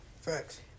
facts